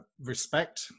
respect